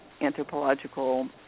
anthropological